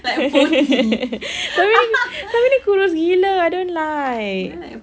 everything everything kurus gila I don't like